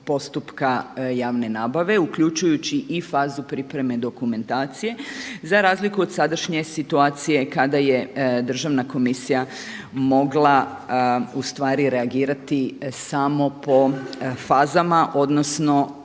postupka javne nabave uključujući i fazu pripreme dokumentacije, za razliku od sadašnje situacije kada je Državna komisija mogla reagirati samo po fazama odnosno